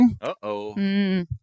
Uh-oh